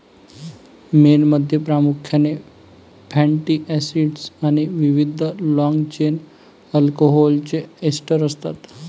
मेणमध्ये प्रामुख्याने fatty acids आणि विविध लाँग चेन अल्कोहोलचे एस्टर असतात